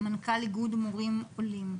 מנכ"ל איגוד מורים עולים.